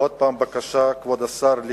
עוד פעם, זו בקשה, כבוד השר,